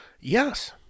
Yes